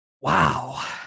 Wow